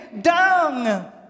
down